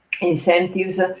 Incentives